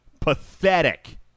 Pathetic